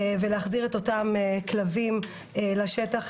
ולהחזיר את אותם כלבים לשטח,